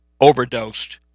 overdosed